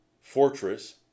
fortress